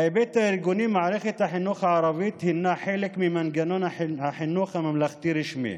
מערכת החינוך הערבית היא חלק ממנגנון החינוך הממלכתי הרשמי,